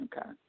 Okay